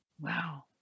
Wow